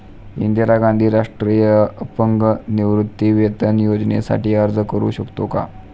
इंदिरा गांधी राष्ट्रीय अपंग निवृत्तीवेतन योजनेसाठी अर्ज करू शकतो का?